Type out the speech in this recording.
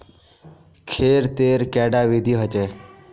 खेत तेर कैडा विधि होचे?